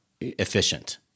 efficient